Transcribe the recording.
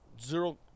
zero